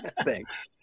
Thanks